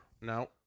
No